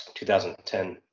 2010